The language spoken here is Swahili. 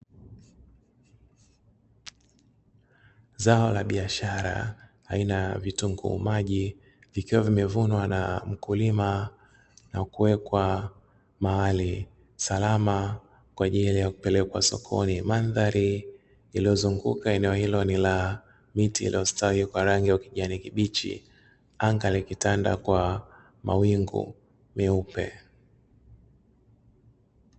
Zao la biashara aina ya vitunguu maji, vikiwa vimevunwa na mkulima na kuwekwa mahali salama kwa ajili ya kupelekwa sokoni. Mandhari iliyozunguka eneo ni la miti iliyostawi kwa rangi ya kijani kibichi, anga likitanda kwa mawingu meupe.